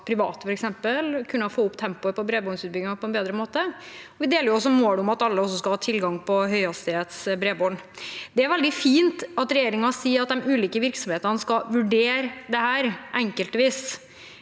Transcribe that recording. private kunne få opp tempoet på bredbåndsutbyggingen på en bedre måte. Vi deler også målet om at alle skal få tilgang på høyhastighets bredbånd. Det er veldig fint at regjeringen sier at de ulike virksomhetene skal vurdere dette enkeltvis,